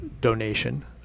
donation